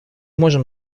можем